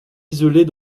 isolée